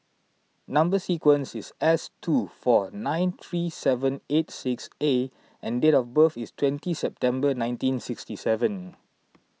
Number Sequence is S two four nine three seven eight six A and date of birth is twenty September nineteen sixty seven